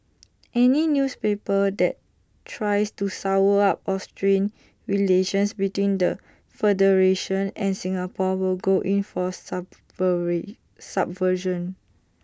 any newspaper that tries to sour up or strain relations between the federation and Singapore will go in for subway subversion